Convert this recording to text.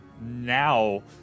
now